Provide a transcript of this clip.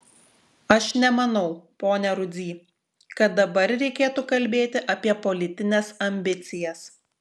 aš nemanau pone rudzy kad dabar reikėtų kalbėti apie politines ambicijas